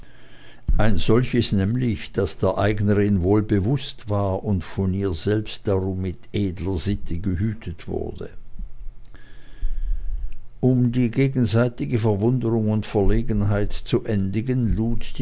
ein solches nämlich das der eignerin wohl bewußt war und von ihr selbst darum mit edler sitte gehütet wurde um die gegenseitige verwunderung und verlegenheit zu endigen lud